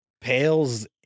pales